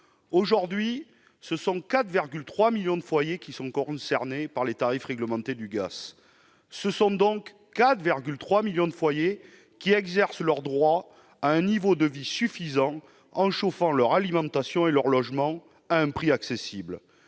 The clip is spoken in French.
Aujourd'hui, 4,3 millions de foyers sont concernés par les tarifs réglementés du gaz. Ce sont ainsi 4,3 millions de foyers qui exercent leur droit à un niveau de vie suffisant en chauffant leur logement et en préparant leurs repas à un prix accessible.